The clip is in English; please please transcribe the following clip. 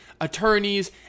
attorneys